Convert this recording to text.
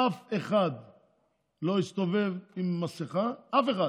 אף אחד לא הסתובב עם מסכה, אף אחד